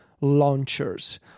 launchers